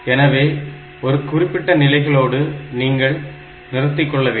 எனவே ஒருகுறிப்பிட்ட நிலைகளோடு நீங்கள் நிறுத்திக்கொள்ளவேண்டும்